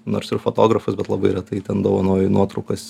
nors ir fotografas bet labai retai ten dovanoju nuotraukas